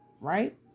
right